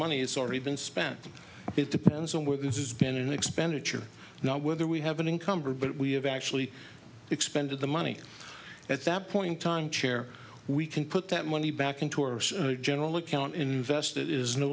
money it's already been spent it depends on where this is been an expenditure not whether we have an income or but we have actually expended the money at that point time chair we can put that money back into our general account invest it is no